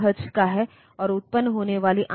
तो हम इस अखनोव्लेद्गेमेन्ट पिन की व्याख्या करेंगे